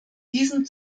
diesem